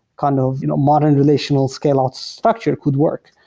kind of you know modern relational scale out structure could work.